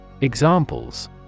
Examples